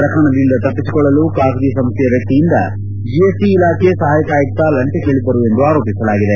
ಪ್ರಕರಣದಿಂದ ತಪ್ಪಿಸಿಕೊಳ್ಳಲು ಖಾಸಗಿ ಸಂಸ್ಥೆಯ ವ್ಯಕ್ತಿಯಿಂದ ಜಿಎಸ್ಟಿ ಇಲಾಖೆ ಸಹಾಯಕ ಆಯುಕ್ತ ಲಂಚ ಕೇಳಿದ್ದರು ಎಂದು ಆರೋಪಿಸಲಾಗಿದೆ